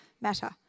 matter